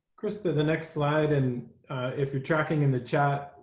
crys, but the next slide and if you're tracking in the chat.